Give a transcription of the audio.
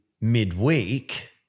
midweek –